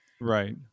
Right